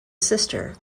sister